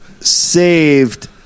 saved